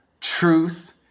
truth